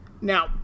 Now